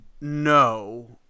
no